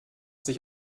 sich